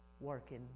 working